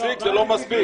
נציג זה לא מספיק.